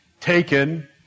taken